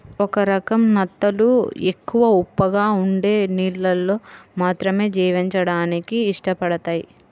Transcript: ఒక రకం నత్తలు ఎక్కువ ఉప్పగా ఉండే నీళ్ళల్లో మాత్రమే జీవించడానికి ఇష్టపడతయ్